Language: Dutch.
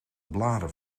blaren